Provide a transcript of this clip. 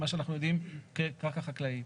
מה שאנחנו יודעים כקרקע חקלאית.